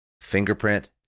Fingerprint